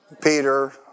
Peter